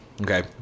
okay